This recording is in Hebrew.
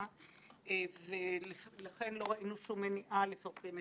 בדרך זו למעשה תושג תכלית ההנחה.